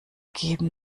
geben